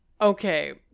Okay